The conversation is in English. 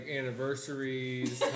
anniversaries